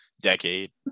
decade